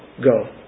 go